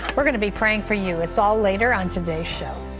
we're going to be praying for you. that's all later on today's show.